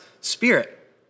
spirit